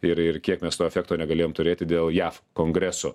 ir ir kiek mes to efekto negalėjom turėti dėl jav kongreso